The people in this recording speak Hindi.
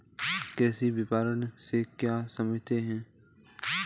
कृषि विपणन से क्या समझते हैं?